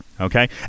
Okay